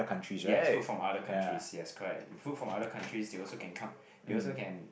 yes food from other countries yes correct food from other countries they also can come they also can